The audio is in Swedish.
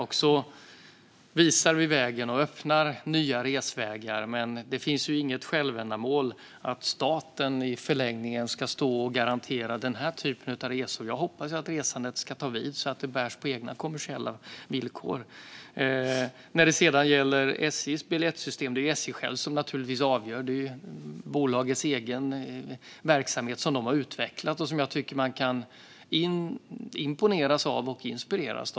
Vi visar vägen och öppnar nya resvägar, men det finns inget självändamål i att staten i förlängningen ska stå och garantera den här typen av resor. Jag hoppas ju att resandet ska ta vid så att det bärs på egna kommersiella villkor. När det sedan gäller SJ:s biljettsystem är det naturligtvis SJ själva som avgör. Det här är bolagets egen verksamhet som de har utvecklat, och som jag tycker att man kan imponeras och inspireras av.